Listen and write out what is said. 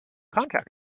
contact